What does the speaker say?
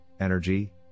energy